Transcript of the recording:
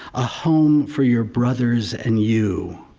a home for your brothers and you.